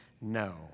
No